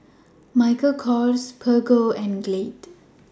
Michael Kors Peugeot and Glade